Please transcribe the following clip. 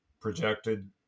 projected